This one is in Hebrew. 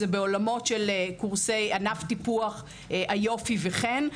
זה בעולמות של קורסי ענף טיפוח היופי וחן.